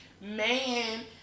man